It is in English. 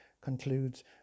concludes